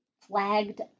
flagged